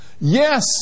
yes